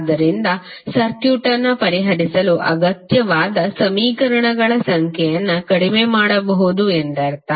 ಆದ್ದರಿಂದ ಸರ್ಕ್ಯೂಟ್ ಅನ್ನು ಪರಿಹರಿಸಲು ಅಗತ್ಯವಾದ ಸಮೀಕರಣಗಳ ಸಂಖ್ಯೆಯನ್ನು ಕಡಿಮೆ ಮಾಡಬಹುದು ಎಂದರ್ಥ